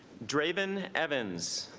draven evans